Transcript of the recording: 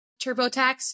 TurboTax